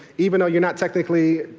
even though you're not technically,